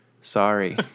sorry